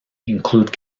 include